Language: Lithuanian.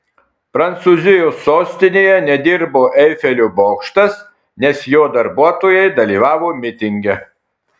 prancūzijos sostinėje nedirbo eifelio bokštas nes jo darbuotojai dalyvavo mitinge